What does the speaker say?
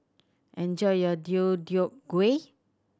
enjoy your Deodeok Gui